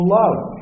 love